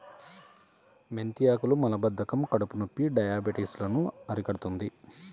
మెంతి ఆకులు మలబద్ధకం, కడుపునొప్పి, డయాబెటిస్ లను అరికడుతుంది